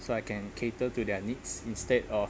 so I can cater to their needs instead of